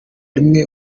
rimwe